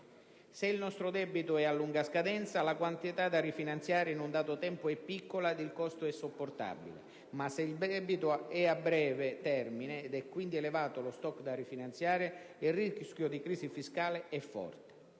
Se il nostro debito è a lunga scadenza, la quantità da rifinanziare in un dato tempo è piccola ed il costo sopportabile, ma se il debito è a breve termine ed è quindi elevato lo *stock* da rifinanziare il rischio di crisi fiscale è forte.